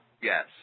Yes